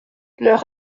leur